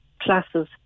classes